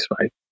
right